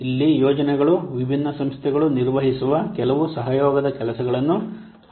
ಇಲ್ಲಿ ಯೋಜನೆಗಳು ವಿಭಿನ್ನ ಸಂಸ್ಥೆಗಳು ನಿರ್ವಹಿಸುವ ಕೆಲವು ಸಹಯೋಗದ ಕೆಲಸಗಳನ್ನು ಆಧರಿಸಿವೆ